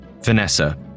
Vanessa